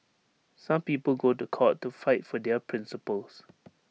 some people go to court to fight for their principles